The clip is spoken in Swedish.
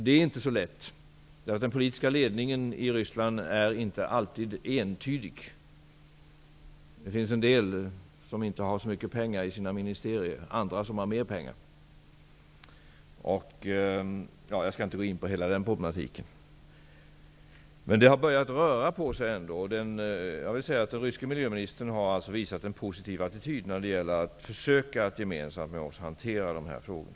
Det är inte så lätt, därför att den politiska ledningen i Ryssland är inte alltid entydig. En del ministerier har inte så mycket pengar, och andra har mer. Jag skall inte gå in på hela den problematiken. Det har ändå börjat röra på sig. Den ryske miljöministern har visat en positiv attityd när det gäller att försöka att gemensamt med oss hantera dessa frågor.